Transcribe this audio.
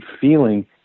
feeling